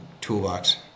toolbox